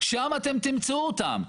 שם אתם תמצאו אותם,